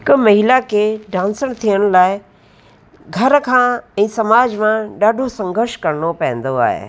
हिकु महिला खे डांसर थियण लाइ घर खां ऐं समाज मां ॾाढो संघर्ष करिणो पवंदो आहे